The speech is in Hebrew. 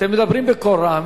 אתם מדברים בקול רם,